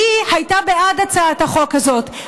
הייתה בעד הצעת החוק הזאת,